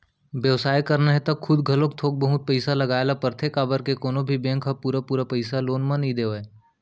बेवसाय करना हे त खुद घलोक थोक बहुत पइसा लगाए ल परथे काबर के कोनो भी बेंक ह पुरा पुरा पइसा लोन म नइ देवय